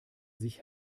sich